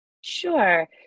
Sure